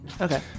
Okay